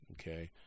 okay